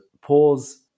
Pause